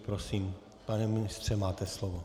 Prosím, pane ministře, máte slovo.